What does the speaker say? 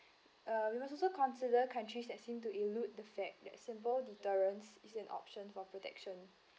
uh we must also consider countries that seem to elude the fact that simple deterrence is an option for protection